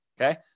Okay